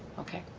okay,